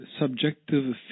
subjective